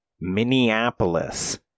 Minneapolis